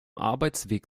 arbeitsweg